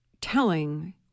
telling